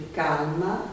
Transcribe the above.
calma